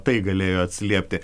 tai galėjo atsiliepti